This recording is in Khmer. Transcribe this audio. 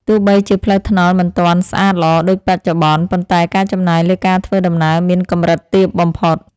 ទោះបីជាផ្លូវថ្នល់មិនទាន់ស្អាតល្អដូចបច្ចុប្បន្ន ប៉ុន្តែការចំណាយលើការធ្វើដំណើរមានកម្រិតទាបបំផុត។